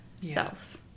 self